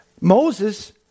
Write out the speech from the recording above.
Moses